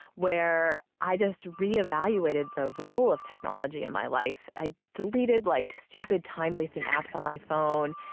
where, i just reevaluated the role of technology in my life. i deleted like stupid time wasting apps on my phone.